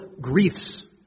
griefs